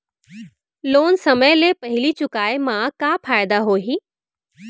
Loan समय ले पहिली चुकाए मा का फायदा होही?